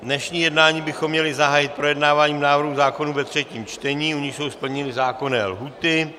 Dnešní jednání bychom měli zahájit projednáváním návrhů zákonů ve třetím čtení, u nichž jsou splněny zákonné lhůty.